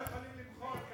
על ילדים, לא יכולים למחול.